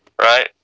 Right